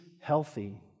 healthy